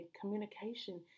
communication